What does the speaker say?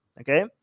okay